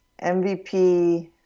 MVP